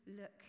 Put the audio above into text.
look